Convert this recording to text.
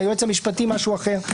מהיועץ המשפטי משהו אחר.